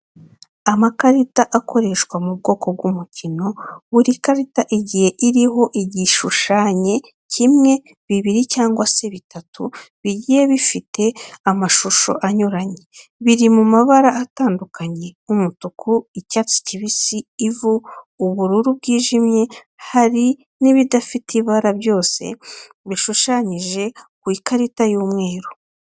Amakarita akoreshwa mu bwoko bw'umukino, buri karita igiye iriho igishushanye kimwe, bibiri cyangwa se bitatu, bigiye bifite amashusho anyuranye, biri mu mabara atandukanye umutuku, icyatsi kibisi, ivu, ubururu bwijimye hari n'ibidafite ibara byose bishushanyije ku ikarita y'umweru.